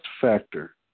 factor